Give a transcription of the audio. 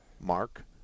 Mark